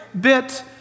bit